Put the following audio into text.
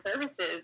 services